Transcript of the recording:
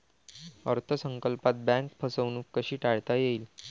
अर्थ संकल्पात बँक फसवणूक कशी टाळता येईल?